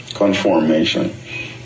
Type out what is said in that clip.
Conformation